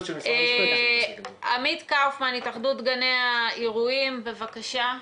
עמית קאופמן, התאחדות גני האירועים, בבקשה.